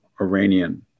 Iranian